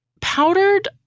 Powdered